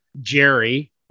Jerry